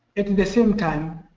at the same time,